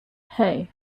hey